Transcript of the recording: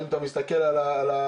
אם אתה מסתכל על דירוג,